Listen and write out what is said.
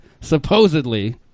supposedly